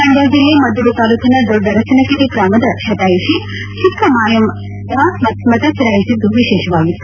ಮಂಡ್ಕ ಜಿಲ್ಲೆ ಮದ್ದೂರು ತಾಲೂಕಿನ ದೊಡ್ಡರಸಿನಕೆರೆ ಗ್ರಾಮದ ಶತಾಯುಷಿ ಚಿಕ್ಕಮಾಯಮ್ಮ ಮತ ಚಲಾಯಿಸಿದ್ದು ವಿಶೇಷವಾಗಿತ್ತು